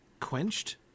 quenched